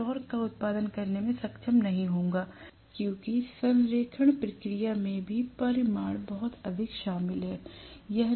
मैं टॉर्क का उत्पादन करने में सक्षम नहीं होगा क्योंकि संरेखण प्रक्रिया में भी परिमाण बहुत अधिक शामिल है